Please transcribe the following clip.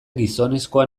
gizonezkoa